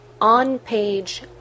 on-page